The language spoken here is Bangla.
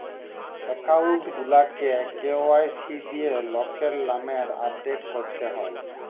একাউল্ট গুলাকে কে.ওয়াই.সি দিঁয়ে লকের লামে আপডেট ক্যরতে হ্যয়